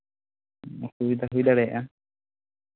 ᱚᱥᱩᱵᱤᱫᱷᱟ ᱦᱩᱭ ᱫᱟᱲᱮᱭᱟᱜᱼᱟ